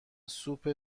سوپ